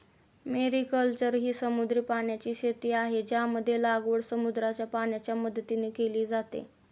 mariculture ही समुद्री पाण्याची शेती आहे, ज्यामध्ये लागवड समुद्राच्या पाण्याच्या मदतीने केली जाते